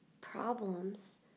problems